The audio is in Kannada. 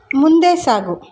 ಮುಂದೆ ಸಾಗು